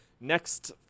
next